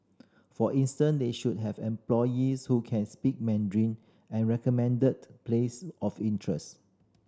for instance they should have employees who can speak Mandarin and recommended place of interest